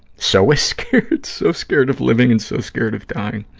so ah scared, so scared of living and so scared of dying.